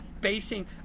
basing